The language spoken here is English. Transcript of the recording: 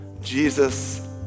Jesus